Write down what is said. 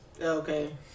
Okay